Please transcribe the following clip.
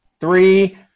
three